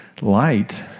light